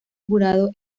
jurado